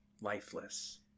lifeless